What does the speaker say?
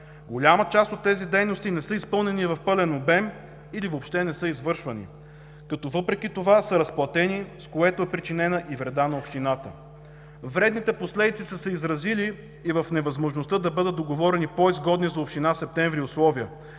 Голяма част от тези дейности не са изпълнени в пълен обем или въобще не са извършвани, като въпреки това са разплатени, с което е причинена и вреда на общината. Вредните последици са се изразили и в невъзможността да бъдат договорени по-изгодни за община Септември условия,